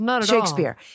Shakespeare